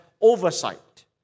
oversight